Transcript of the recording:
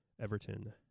Everton